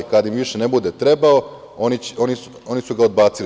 Kad im više ne bude trebao, oni su ga odbacili.